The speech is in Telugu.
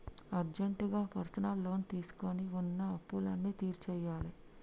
అర్జెంటుగా పర్సనల్ లోన్ తీసుకొని వున్న అప్పులన్నీ తీర్చేయ్యాలే